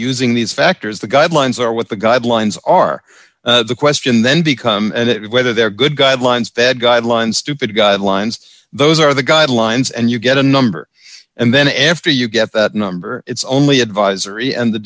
using these factors the guidelines are what the guidelines are the question then becomes and it whether they're good guidelines fed guidelines stupid guidelines those are the guidelines and you get a number and then after you get that number it's only advisory and the